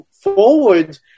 forward